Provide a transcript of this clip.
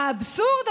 האבסורד,